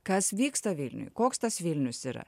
kas vyksta vilniuj koks tas vilnius yra